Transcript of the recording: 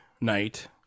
night